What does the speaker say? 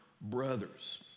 brothers